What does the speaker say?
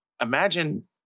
imagine